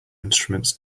instruments